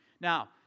Now